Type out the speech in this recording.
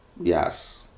Yes